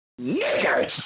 Niggers